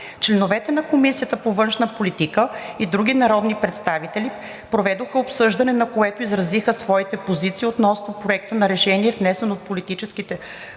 Членовете на Комисията по външна политика и други народни представители проведоха обсъждане, на което изразиха своите позиции относно Проекта на решение, внесен от парламентарната